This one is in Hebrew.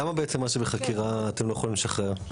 למה בעצם מה שבחקירה אתם לא יכולים לשחרר?